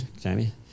Jamie